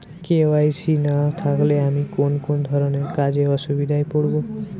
KYC না থাকলে আমি কোন কোন ধরনের কাজে অসুবিধায় পড়ব?